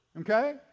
okay